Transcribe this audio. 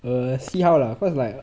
err see how lah cause like